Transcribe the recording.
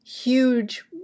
huge